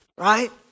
Right